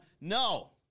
No